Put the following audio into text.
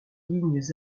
lignes